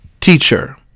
teacher